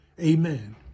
Amen